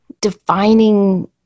defining